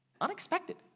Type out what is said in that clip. unexpected